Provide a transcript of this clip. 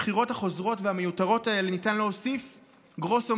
הבחירות החוזרות והמיותרות האלה ניתן להוסיף גרוסו